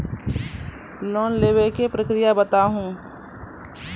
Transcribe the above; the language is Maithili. लोन लेवे के प्रक्रिया बताहू?